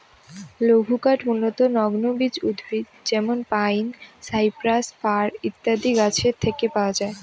লঘুকাঠ মূলতঃ নগ্নবীজ উদ্ভিদ যেমন পাইন, সাইপ্রাস, ফার ইত্যাদি গাছের থেকে পাওয়া যায়